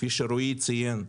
כפי שרועי ציין,